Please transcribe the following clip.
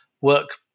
work